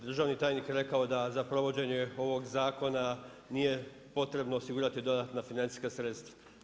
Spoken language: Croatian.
Državni tajnik je rekao da za provođenje ovog zakona nije potrebno osigurati dodatna financijska sredstva.